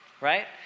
right